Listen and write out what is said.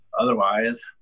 otherwise